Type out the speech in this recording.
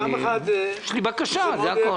יש לי בקשה, זה הכול.